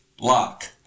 lock